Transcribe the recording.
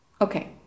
Okay